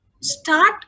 start